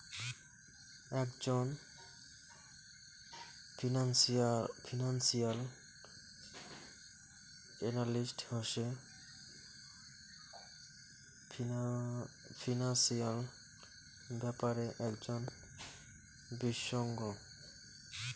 একজন financial analyst হসে financial ব্যাপারে একজন বিশষজ্ঞ